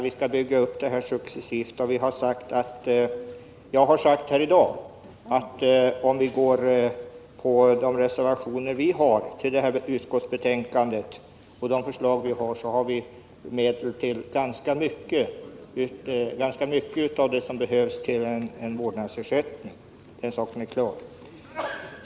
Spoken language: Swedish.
Vi skall bygga upp detta successivt, och jag har sagt här i dag att om kammaren bifaller våra förslag så kommer det att finnas medel till ganska mycket av det som behövs för en vårdnadsersättning. Den saken är klar.